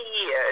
years